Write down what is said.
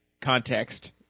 Context